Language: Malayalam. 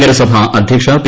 നഗരസഭ അധ്യക്ഷ പി